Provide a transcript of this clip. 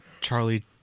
Charlie